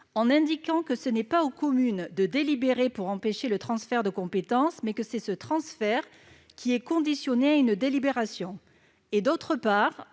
en indiquant que ce n'est pas aux communes de délibérer pour empêcher le transfert de compétence, mais que ce transfert est conditionné à une délibération. Nous